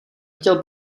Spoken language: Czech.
chtěl